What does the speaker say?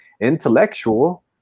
intellectual